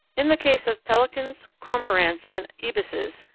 in the case of pelicans, cormorants, and ibises,